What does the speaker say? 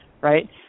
right